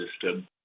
system